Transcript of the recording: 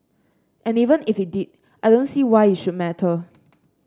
and even if it did I don't see why it should matter